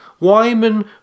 Wyman